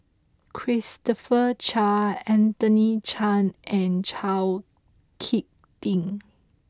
Christopher Chia Anthony Chen and Chao Hick Tin